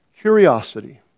curiosity